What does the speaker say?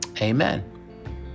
Amen